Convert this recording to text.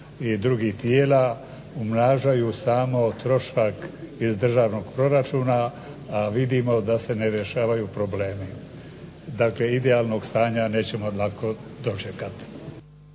i drugih tijela umnažaju samo trošak iz državnog proračuna a vidimo da se ne rješavaju problemi. Dakle idealnog stanja nećemo lako dočekati.